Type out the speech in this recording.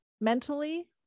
mentally